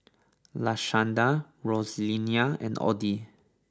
Lashanda Rosalia and Oddie